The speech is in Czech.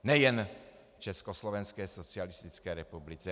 Nejen v Československé socialistické republice.